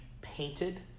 painted